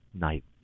night